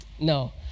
No